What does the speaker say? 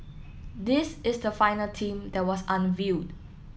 this is the final team that was unveiled